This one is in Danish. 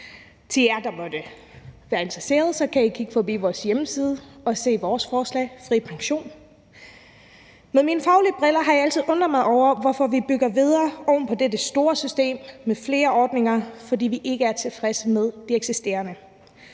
Til jer, der måtte være interesseret, kan I kigge forbi vores hjemmeside og se vores forslag »FriPension«. Med mine faglige briller har jeg altid undret mig over, hvorfor vi bygger videre oven på dette store system med flere ordninger, fordi vi ikke er tilfreds med de eksisterende.